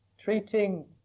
Treating